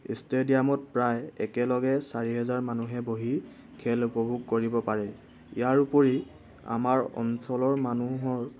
ষ্টেডিয়ামত প্ৰায় একেলগে চাৰি হেজাৰ মানুহে বহি খেল উপভোগ কৰিব পাৰে ইয়াৰ উপৰি আমাৰ অঞ্চলৰ মানুহৰ